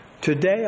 Today